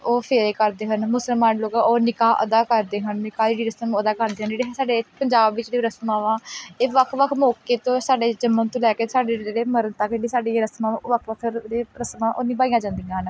ਉਹ ਫੇਰੇ ਕਰਦੇ ਹਨ ਮੁਸਲਮਾਨ ਲੋਕ ਉਹ ਨਿਕਾਹ ਅਦਾ ਕਰਦੇ ਹਨ ਨਿਕਾਹ ਦੀ ਰਸਮ ਅਦਾ ਕਰਦੇ ਹਨ ਜਿਹੜੇ ਇਹ ਸਾਡੇ ਪੰਜਾਬ ਵਿੱਚ ਦੀ ਰਸਮਾਂ ਵਾਂ ਇਹ ਵੱਖ ਵੱਖ ਮੌਕੇ ਤੋਂ ਸਾਡੇ ਜੰਮਣ ਤੋਂ ਲੈ ਕੇ ਸਾਡੇ ਜਿਹੜੇ ਮਰਨ ਤੱਕ ਜਿਹੜੀ ਸਾਡੀਆਂ ਰਸਮਾਂ ਉਹ ਵੱਖ ਵੱਖ ਤਰ੍ਹਾਂ ਦੇ ਰਸਮਾਂ ਉਹ ਨਿਭਾਈਆਂ ਜਾਂਦੀਆਂ ਹਨ